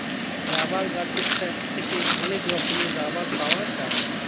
rubber গাছের sap থেকে অনেক রকমের রাবার পাওয়া যায়